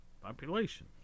population